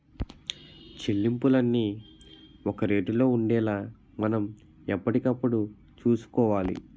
చెల్లింపులన్నీ ఒక రేటులో ఉండేలా మనం ఎప్పటికప్పుడు చూసుకోవాలి